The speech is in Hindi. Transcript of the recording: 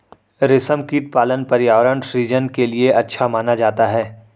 रेशमकीट पालन पर्यावरण सृजन के लिए अच्छा माना जाता है